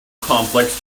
complex